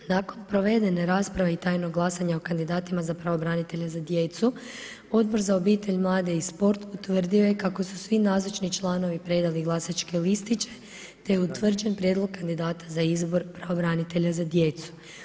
Nakon provedene rasprave i tajnog glasanja o kandidatima za pravobranitelja za djecu, Odbor za obitelj, mlade i sport utvrdio je kako su svi nazočni članovi predali glasačke listiće te je utvrđen prijedlog kandidata za izbor pravobranitelja za djecu.